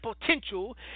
potential